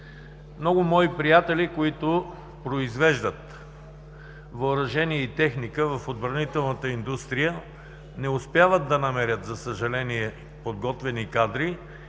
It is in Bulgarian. Много мои приятели, които произвеждат въоръжение и техника в отбранителната индустрия, не успяват да намерят, за съжаление, подготвени кадри